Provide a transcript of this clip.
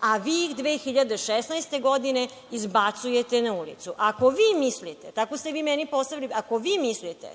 a vi ih 2016. godine izbacujete na ulicu. Ako vi mislite, tako ste vi meni postavili, ako vi mislite